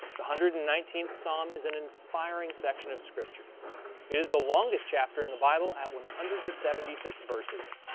the one hundred and nineteenth psalm is an inspiring section of scripture. it is the longest chapter in the bible at one hundred and seventy six verses,